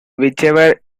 whichever